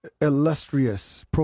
illustrious